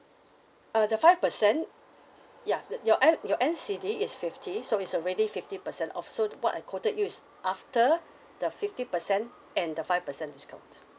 uh the five percent yeah your N your N_C_D is fifty so it's already fifty percent off so what I quoted you is after the fifty percent and the five percent discount